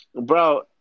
bro